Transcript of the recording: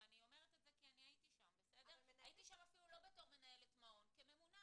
ואני הייתי שם לא כמטפלת מעון אלא כממונה,